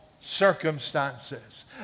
circumstances